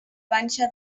panxa